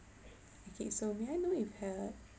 okay so may I know if err